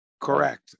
Correct